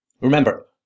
Remember